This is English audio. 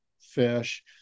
fish